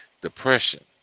depression